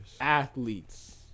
Athletes